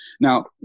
now